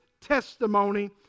testimony